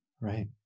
right